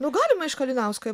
nu galima iš kalinausko